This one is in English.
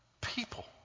people